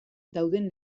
dauden